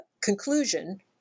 conclusion